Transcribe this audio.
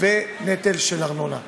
ונטל ארנונה מהם.